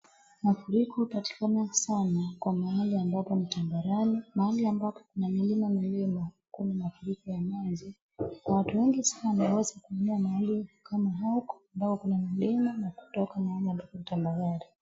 Mafuriko katika mingi sana kwa mahali ambapo ni tambarare, mahali ambapo kuna milima milima hakuna mafuriko ya maji, kwa watu wengi wameweza kuingia huku ambao kuna milima wakitoka mahali tambarare.